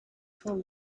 from